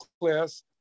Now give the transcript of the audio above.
class